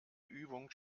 übung